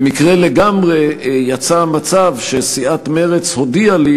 במקרה לגמרי יצא מצב שסיעת מרצ הודיעה לי